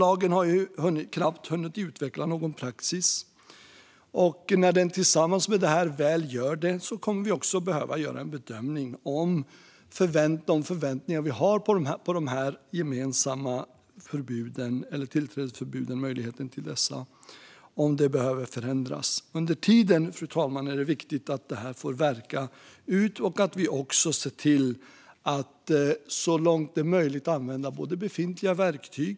Det har knappt hunnit utvecklas någon praxis utifrån den lagen, och när det väl sker tillsammans med detta kommer vi att behöva göra en bedömning av om möjligheten till tillträdesförbud behöver förändras. Under tiden är det viktigt att detta får verka och att vi ser till att så långt det är möjligt använda befintliga verktyg.